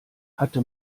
hatte